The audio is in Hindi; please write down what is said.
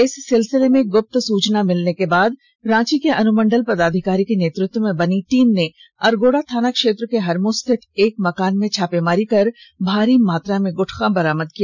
इस सिलसिले में गुप्त सुचना मिलने के बाद रांची के अनुमंडल पदाधिकारी के नेतृत्व में बनी टीम ने अरगोड़ा थाना क्षेत्र के हरमू स्थित एक मकान में छापेमॉरी कर भारी मात्रा में गूटखा बरामद किया